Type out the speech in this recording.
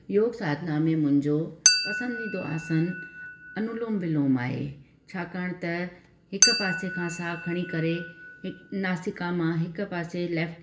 योग साधना में मुंजो पसंदीदो आसन अनुलोम विलोम आए छाकाण त हिकु पासे खां साहु खणी करे हिकु नासिका मां हिकु पासे लैफ्ट